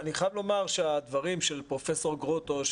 אני חייב לומר שהדברים של פרופ' גרוטו,